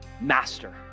master